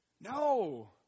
No